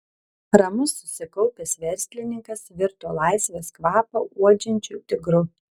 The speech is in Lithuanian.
ramus susikaupęs verslininkas virto laisvės kvapą uodžiančiu tigru